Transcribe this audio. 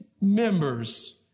members